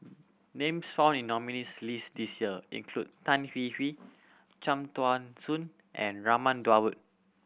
names found in the nominees' list this year include Tan Hwee Hwee Cham Tao Soon and Raman Daud